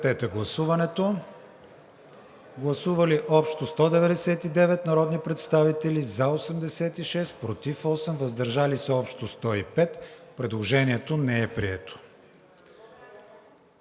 ВИГЕНИН: Гласували общо 199 народни представители: за 86, против 8, въздържали се общо 105. Предложението не е прието.